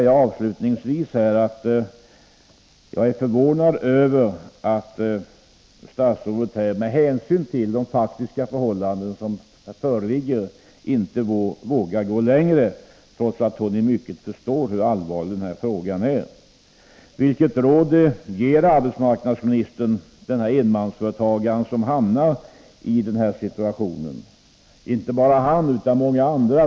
Avslutningsvis vill jag säga att jag är förvånad över att statsrådet med tanke på de faktiska förhållandena inte vågar gå längre, trots att hon i mycket förstår hur allvarlig frågan är. Vilket råd ger arbetsmarknadsministern 75 enmansföretagaren och andra som råkar i den här situationen?